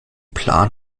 plan